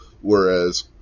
whereas